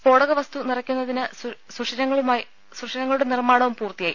സ്ഫോടക വസ്തുക്കൾ നിറക്കുന്നതിന് സുഷിര ങ്ങളുടെ നിർമ്മാണവും പൂർത്തിയായി